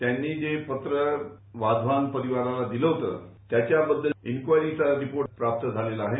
त्यांनी जे पत्र वाधवान परिवाराला दिलं होत त्याच्या बद्दल इनक्कायरीचा रिपोट प्राप्त झालेला आहे